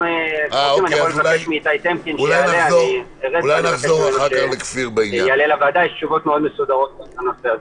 יש ישיבות מאוד מסודרות בנושא הזה.